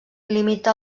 limita